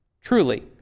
truly